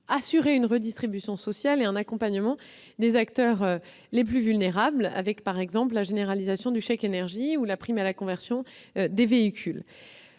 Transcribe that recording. assurer une redistribution sociale et un accompagnement des acteurs les plus vulnérables, par exemple avec la généralisation du chèque-énergie ou la prime à la conversion des véhicules.